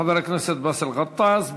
חבר הכנסת באסל גטאס,